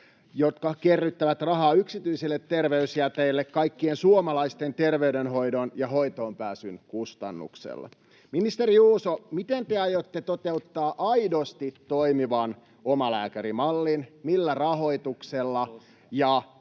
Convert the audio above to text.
jotka kerryttävät rahaa yksityisille terveysjäteille kaikkien suomalaisten terveydenhoidon ja hoitoonpääsyn kustannuksella. Ministeri Juuso, miten te aiotte toteuttaa aidosti toimivan omalääkärimallin, millä rahoituksella ja